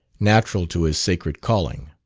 natural to his sacred calling.